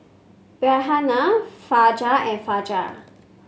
Raihana Fajar and Fajar